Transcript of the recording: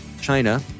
China